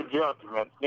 judgment